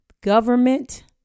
government